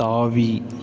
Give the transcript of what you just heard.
தாவி